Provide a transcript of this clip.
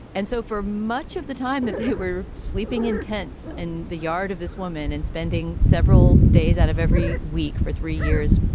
and so for much of the time that they were sleeping in tents in the yard of this woman and spending several days out of every week for three years,